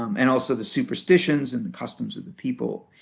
um and also, the superstitions and the customs of the people.